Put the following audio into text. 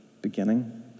beginning